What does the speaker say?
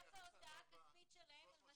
--- אני קוראת את סעיף 14(3) לא שהוא קובע פטור